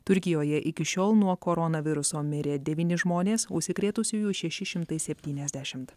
turkijoje iki šiol nuo koronaviruso mirė devyni žmonės užsikrėtusiųjų šeši šimtai septyniasdešimt